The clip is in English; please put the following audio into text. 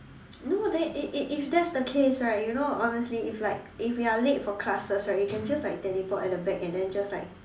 no then if if if that's the case right you know honestly if like if we are late for classes right we can just like teleport at the back and then just like